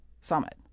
summit